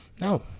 No